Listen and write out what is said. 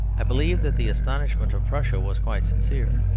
i believe that the astonishment of prussia was quite sincere.